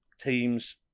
teams